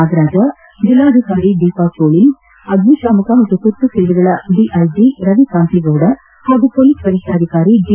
ನಾಗರಾಜ ಜಿಲ್ಲಾಧಿಕಾರಿ ದೀಪಾ ಜೋಳಿನ್ ಅಗ್ನಿಶಾಮಕ ಹಾಗೂ ತುರ್ತು ಸೇವೆಗಳ ಡಿಐಜಿ ರವಿಕಾಂತೇಗೌಡ ಹಾಗೂ ಪೊಲೀಸ್ ವರಿಷ್ಠಾಧಿಕಾರಿ ಜಿ